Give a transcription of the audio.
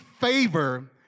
favor